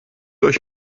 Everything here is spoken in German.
euch